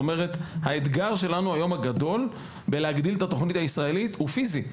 האתגר הגדול שלנו היום בלהגדיל את התוכנית הישראלית הוא פיזי.